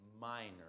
minor